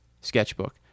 sketchbook